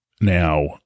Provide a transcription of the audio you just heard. now